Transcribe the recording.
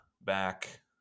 back